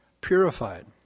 purified